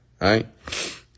right